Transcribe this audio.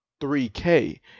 3K